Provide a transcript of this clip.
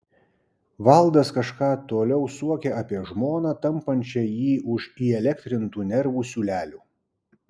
valdas kažką toliau suokė apie žmoną tampančią jį už įelektrintų nervų siūlelių